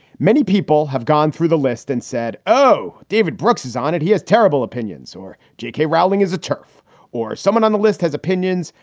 many people have gone through the list and said, oh, david brooks is on it. he has terrible opinions or j k. rowling is a turf or someone on the list has opinions.